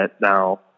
now